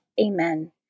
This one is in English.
Amen